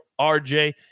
RJ